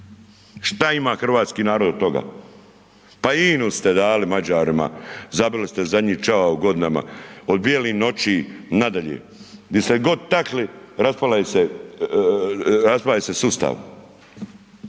Šta ima hrvatski narod od toga? Pa INA-u ste dali Mađarima, zabili ste zadnji čavao u godinama, od bijelih noći nadalje. Di ste god takli, raspao se sustav.